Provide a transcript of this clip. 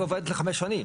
היא עוברת לחמש שנים.